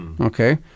okay